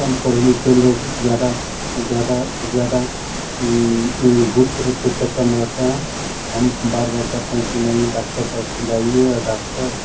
कम पढ़े लिखे लोग ज़्यादा ज़्यादा से ज़्यादा भूत प्रेत के चक्कर में रहते हैं हम बार बार कहते हैं कि नहीं डॉक्टर पास जाइए और डॉक्टर